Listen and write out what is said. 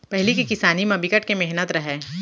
पहिली के किसानी म बिकट के मेहनत रहय